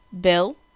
Bill